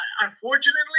unfortunately